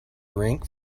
rink